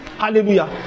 hallelujah